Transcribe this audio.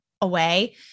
away